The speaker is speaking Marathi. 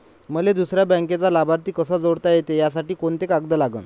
मले दुसऱ्या बँकेचा लाभार्थी कसा जोडता येते, त्यासाठी कोंते कागद लागन?